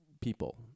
people